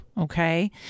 Okay